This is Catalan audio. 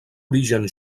origen